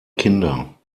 kinder